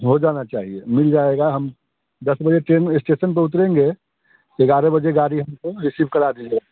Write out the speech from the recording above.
हो जाना चाहिए मिल जाएगा हम दस बजे ट्रेन स्टेशन पर उतरेंगे फिर ग्यारह बजे गाड़ी हमको रिसीव करवा दीजिएगा